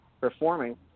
performing